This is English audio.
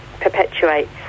perpetuates